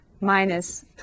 minus